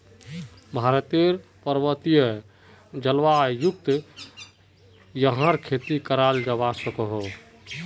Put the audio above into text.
भारतेर पर्वतिये जल्वायुत याहर खेती कराल जावा सकोह